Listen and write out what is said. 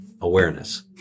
awareness